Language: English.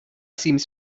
seems